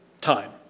time